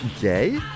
Gay